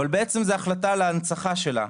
אבל זו בעצם החלטה על ההנצחה שלה.